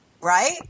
Right